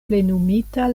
plenumita